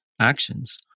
actions